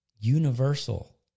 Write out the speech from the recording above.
Universal